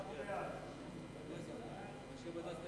עכשיו יתחיל הוויכוח על איזו